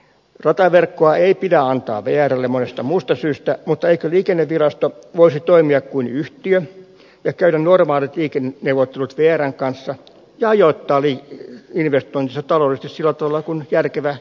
rataverkkoa ei pidä antaa vrlle monesta muusta syystä mutta eikö liikennevirasto voisi toimia kuin yhtiö ja käydä normaalit liikeneuvottelut vrn kanssa ja ajoittaa investointinsa taloudellisesti sillä tavalla kuin järkevä yritys tekisi